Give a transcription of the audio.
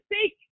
Seek